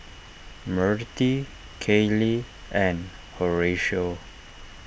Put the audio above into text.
Mirtie Kailey and Horatio